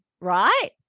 right